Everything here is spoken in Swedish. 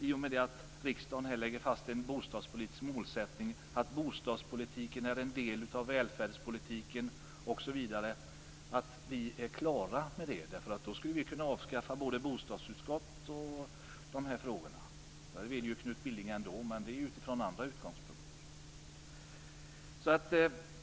I och med det att riksdagen nu lägger fast en bostadspolitisk målsättning om att bostadspolitiken är en del av välfärdspolitiken osv. är vi ju inte klara med det. I så fall skulle vi ju kunna avskaffa bostadsutskottet. Det vill ju Knut Billing ändå, men det är utifrån andra utgångspunkter.